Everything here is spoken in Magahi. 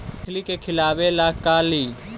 मछली के खिलाबे ल का लिअइ?